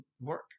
work